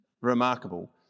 Remarkable